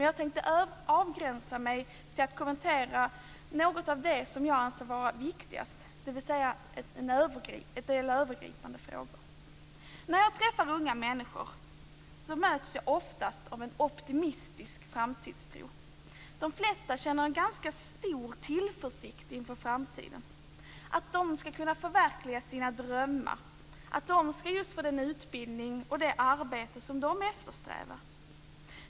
Jag tänkte avgränsa mig till att kommentera något av det som jag anser vara viktigast, dvs. en del övergripande frågor. När jag träffar unga människor möts jag oftast av en optimistisk framtidstro. De flesta känner en ganska stor tillförsikt inför framtiden, att de ska kunna förverkliga sina drömmar, att de ska få den utbildning och det arbete som de eftersträvar.